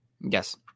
Yes